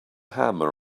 hammer